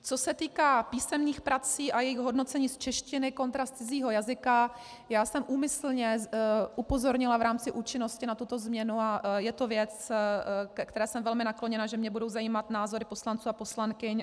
Co se týká písemných prací a jejich hodnocení z češtiny kontra z cizího jazyka, já jsem úmyslně upozornila v rámci účinnosti na tuto změnu a je to věc, které jsem velmi nakloněna, že mě budou zajímat názory poslanců a poslankyň.